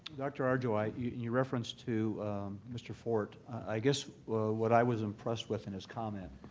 dr. arjo, i your reference to mr. fort, i guess what i was impressed with in his comment